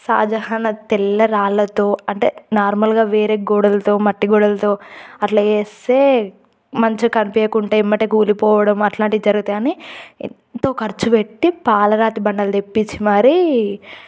షాజహాన్ ఆ తెల్ల రాళ్లతో అంటే నార్మల్గా వేరే గోడలతో మట్టి గోడలతో అట్లా చేస్తే మంచిగా కనిపియ్యకుంటే ఎమ్మటే కూలిపోవడం అట్లాంటియి జరుగుతాయని ఎంతో ఖర్చు పెట్టి పాలరాతి బండలు తెప్పించి మరి